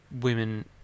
women